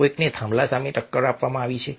કોઈકને થાંભલા સામે ટક્કર આપવામાં આવી છે